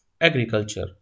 Agriculture